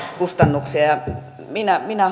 kustannuksia ja minä minä